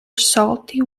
salty